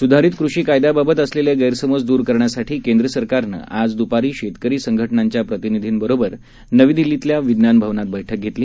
स्धारित कृषी कायद्याबाबत असलेले गैरसमज द्र करण्यासाठी केंद्र सरकारनं आज द्रपारी शेतकरी संघटनांच्या प्रतिनिधींबरोबर नवी दिल्लीतल्या विज्ञान भवनात बैठक घेतली